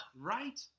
Right